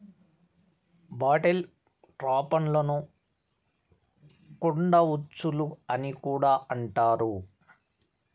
bottle ట్రాప్లను కుండ ఉచ్చులు అని కూడా అంటారు